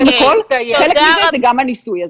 זה גם הניסוי הזה.